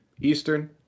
Eastern